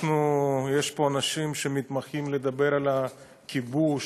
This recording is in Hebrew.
יש פה אנשים שמתמחים בדיבור על הכיבוש,